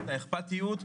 ואת האכפתיות.